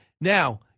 Now